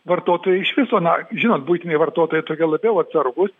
vartotojai iš viso na žinot buitiniai vartotojai tokie labiau atsargūs